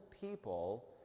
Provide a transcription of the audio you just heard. people